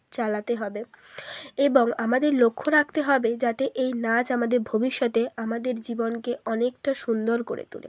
চালাতে হবে এবং আমাদের লক্ষ্য রাখতে হবে যাতে এই নাচ আমাদের ভবিষ্যতে আমাদের জীবনকে অনেকটা সুন্দর করে তোলে